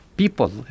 people